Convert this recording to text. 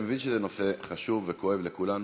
אני מבין שזה נושא חשוב וכואב לכולנו,